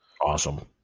awesome